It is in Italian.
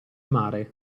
mare